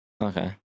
Okay